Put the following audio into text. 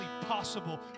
possible